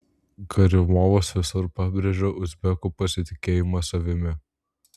karimovas visur pabrėžia uzbekų pasitikėjimą savimi